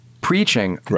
preaching